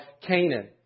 Canaan